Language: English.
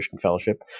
Fellowship